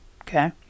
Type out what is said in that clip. Okay